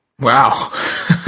Wow